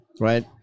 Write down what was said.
right